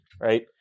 right